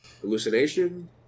hallucination